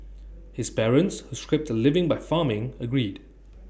his parents who scraped A living by farming agreed